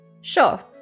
Sure